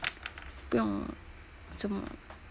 不用什么